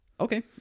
Okay